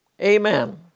amen